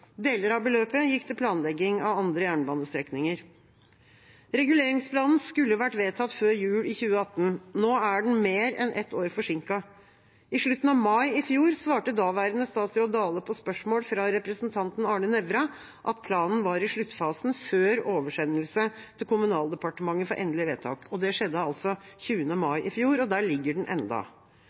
Deler av beløpet gikk til planlegging av andre jernbanestrekninger. Reguleringsplanen skulle vært vedtatt før jul i 2018. Nå er den mer enn ett år forsinket. I slutten av mai i fjor svarte daværende statsråd Dale på spørsmål fra representanten Arne Nævra at planen var i sluttfasen før oversendelse til Kommunaldepartementet for endelig vedtak. Det skjedde altså 20. mai i fjor, og der ligger den enda.